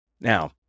Now